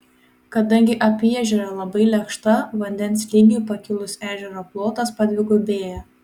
kadangi apyežerė labai lėkšta vandens lygiui pakilus ežero plotas padvigubėja